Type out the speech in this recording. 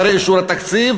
אחרי אישור התקציב.